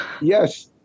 Yes